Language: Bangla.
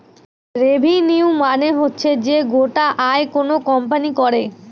রেভিনিউ মানে হচ্ছে যে গোটা আয় কোনো কোম্পানি করে